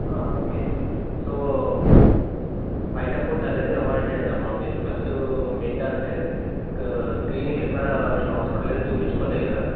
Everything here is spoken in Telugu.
ఓకే సో బయట ఫుడ్ అనేది అవాయిడ్ చేయండి అమ్మ మీరు ఫస్ట్ ఏంటంటే క క్లినిక్ ఎక్కడ మీరు హాస్పిటల్ ఏది చూపించుకోలేదు కదా